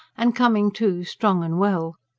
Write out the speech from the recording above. and coming, too, strong and well.